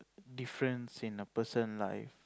difference in a person life